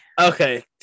Okay